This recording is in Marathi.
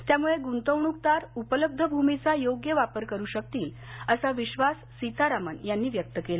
त्यामुळे गृंतवणुकदार उपलब्ध भूमीचा योग्य वापर करू शकतील असा विश्वास सीतारामन यांनी यावेळी व्यक्त केला